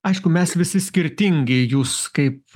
aišku mes visi skirtingi jūs kaip